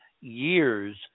years